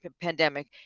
pandemic